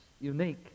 unique